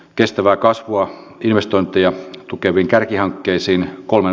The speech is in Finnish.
kestävä kasvua investointeja tukeviin kärkihankkeisiin kolmen